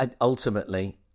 ultimately